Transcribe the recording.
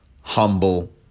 humble